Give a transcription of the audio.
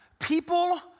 People